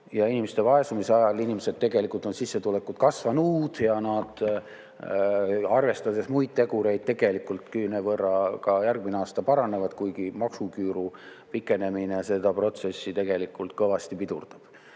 inimeste "vaesumise" ajal on inimestel tegelikult sissetulekud kasvanud. Ja need, arvestades muid tegureid, tegelikult küünevõrra ka järgmine aasta paranevad, kuigi maksuküüru kehtivuse pikenemine seda protsessi tegelikult kõvasti pidurdab.